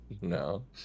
No